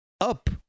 up